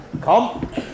Come